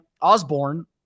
Osborne